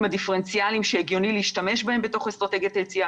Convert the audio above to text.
הדיפרנציאליים שהגיוני להשתמש בהם באסטרטגיית היציאה,